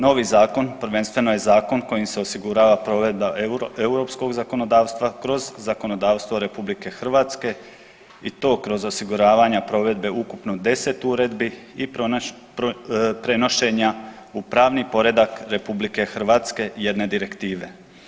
Novi zakon prvenstveno je zakon kojim se osigurava provedba europskog zakonodavstva kroz zakonodavstvo RH i to kroz osiguravanja provedbe ukupno 10 uredbi i prenošenja u pravni poredak RH jedne direktive.